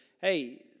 hey